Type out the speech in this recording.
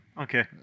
Okay